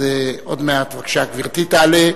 בבקשה, גברתי תעלה.